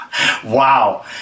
Wow